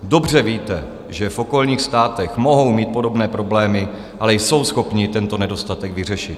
Dobře víte, že v okolních státech mohou mít podobné problémy, ale jsou schopni tento nedostatek vyřešit.